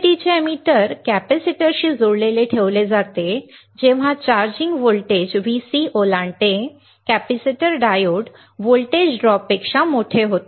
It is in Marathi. UJT चे एमिटर कॅपेसिटरशी जोडलेले ठेवले जाते जेव्हा चार्जिंग व्होल्टेज Vc ओलांडते कॅपेसिटर डायोड व्होल्टेज ड्रॉपपेक्षा मोठे होते